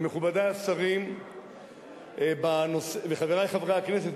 מכובדי השרים וחברי חברי הכנסת,